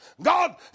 God